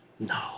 No